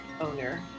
owner